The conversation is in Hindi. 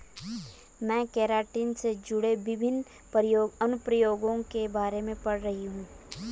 मैं केराटिन से जुड़े विभिन्न अनुप्रयोगों के बारे में पढ़ रही हूं